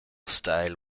style